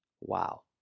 Wow